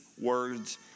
words